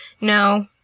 No